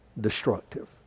destructive